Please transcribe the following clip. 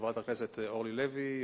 חברת הכנסת אורלי לוי,